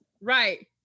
right